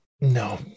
No